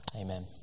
amen